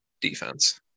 defense